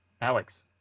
Alex